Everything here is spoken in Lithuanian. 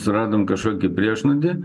suradom kažkokį priešnuodį